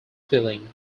feeling